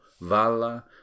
Valla